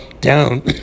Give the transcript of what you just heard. down